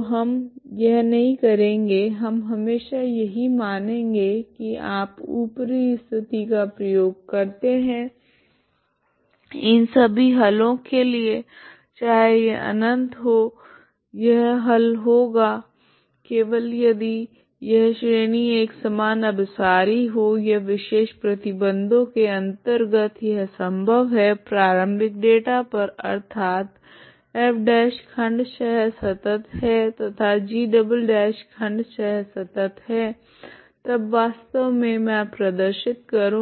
तो हम यह नहीं करेगे हम हमेशा यही मानेगे की आप ऊपरी स्थिति का प्रयोग करते है इन सभी हलों के लिए चाहे यह अनंत हो यह हल होगा केवल यदि यह श्रेणी एक समान अभिसारी हो यह विशेष प्रतिबंधों के अंतर्गत यह संभव है प्रारम्भिक डेटा पर अर्थात f' खण्डशह संतत है तथा g" खण्डशह संतत है तब वास्तव मे मैं प्रदर्शित कर